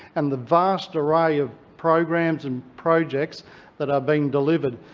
and the vast array of programs and projects that are being delivered.